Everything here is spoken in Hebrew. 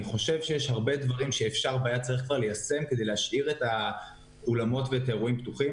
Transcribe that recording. אני חושב שיש הרבה דברים שאפשר ליישם כדי להשאיר את האולמות פתוחים.